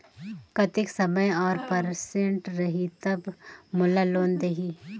कतेक समय और परसेंट रही तब मोला लोन देही?